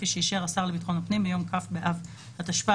כפי שאישר השר לביטחון הפנים ביום כ' באב התשפ"א